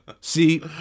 See